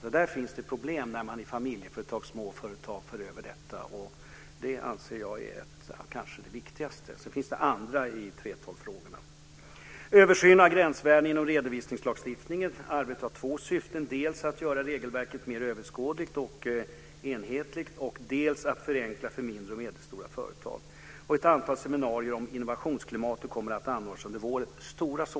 Där finns det problem när man i familjeföretag, småföretag, för över detta. Det anser jag vara det kanske viktigaste. Sedan finns det också annat rörande 3:12-frågor. Sedan har vi översynen av gränsvärden inom redovisningslagstiftningen. Arbetet har två syften, dels att göra regelverket mer genomskådligt och enhetligt, dels att förenkla för mindre och medelstora företag. Ett antal seminarier - stora sådana - om innovationsklimatet kommer att anordnas under våren.